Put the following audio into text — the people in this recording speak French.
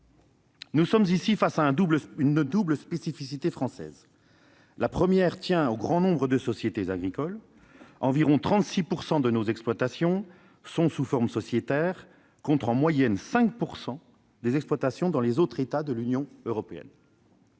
Nous sommes ici face à une double spécificité française. La première tient au grand nombre de sociétés agricoles. Environ 36 % de nos exploitations sont constituées sous forme sociétaire, contre 5 % en moyenne dans les autres États de l'Union européenne.